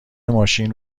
ماشین